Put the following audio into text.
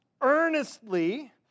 earnestly